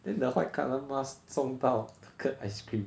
then the white colour mask 中到那个 ice cream